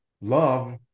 love